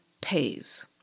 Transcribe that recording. Pays